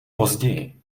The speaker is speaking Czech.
později